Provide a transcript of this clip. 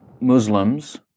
Muslims